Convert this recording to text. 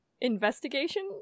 investigation